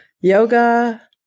yoga